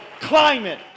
climate